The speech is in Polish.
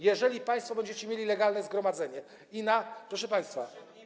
Jeżeli państwo będziecie mieli legalne zgromadzenie i na, proszę państwa.